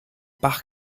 bach